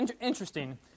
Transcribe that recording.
interesting